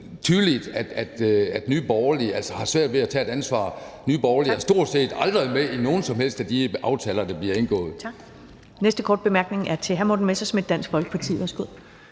tydeligt, at Nye Borgerlige har svært ved at tage et ansvar. Nye Borgerlige er stort set aldrig med i nogen som helst af de aftaler, der bliver indgået.